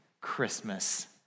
Christmas